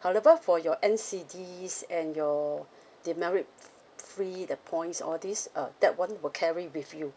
however for your N_C_Ds and your demerit free the points all these uh that one will carry with you